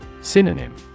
Synonym